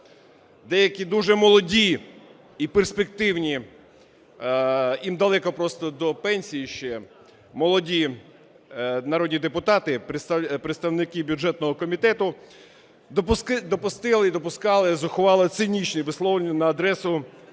деякі дуже молоді і перспективні, їм далеко просто до пенсії ще, молоді народні депутати, представники бюджетного комітету, допустили і допускали зухвало цинічні висловлювання на адресу